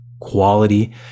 quality